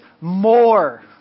more